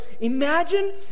Imagine